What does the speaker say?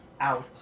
out